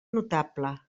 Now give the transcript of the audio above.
notable